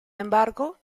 embargo